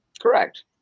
Correct